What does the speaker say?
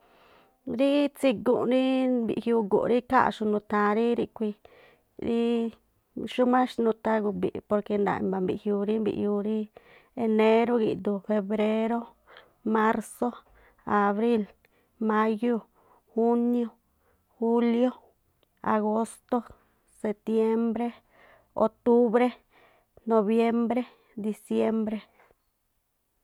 Rí tsiguꞌ rí mbiꞌjiuu gu̱nꞌ rí ikháa̱nꞌxu nuthaa̱n rí ríꞌkhui̱ rí xumá xnuu nutha̱ gu̱bi̱ꞌ porque nda̱a̱ꞌ i̱mba̱ mbiꞌjiuu rí mbiꞌjiuu rí mbiꞌjiuu rí enérú gi̱ꞌdu̱u̱ febréró, mársó abríi̱l mayúu̱ juniú, júliú, agóstó, setiembré otubre noviembre, disiémbré.